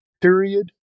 period